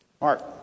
Mark